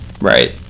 Right